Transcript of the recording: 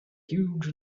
huge